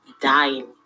dying